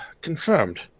Confirmed